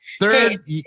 third